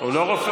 הוא לא חולה,